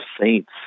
saints